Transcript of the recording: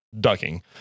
ducking